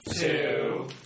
two